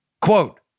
Quote